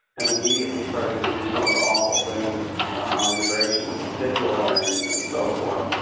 and immediately started to do some of the awful things on immigration in particular, and and so forth,